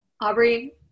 Aubrey